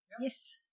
Yes